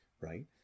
right